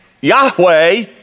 Yahweh